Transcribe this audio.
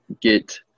get